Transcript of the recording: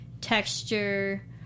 texture